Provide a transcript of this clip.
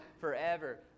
forever